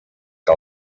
que